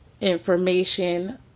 information